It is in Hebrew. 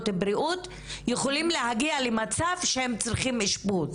בריאות יכולים להגיע למצב שהם צריכים אשפוז.